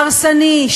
הרסני,